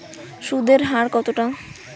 সুদের হার কতটা?